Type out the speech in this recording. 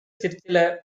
சிற்சில